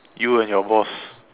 you and your boss